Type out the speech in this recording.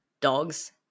dogs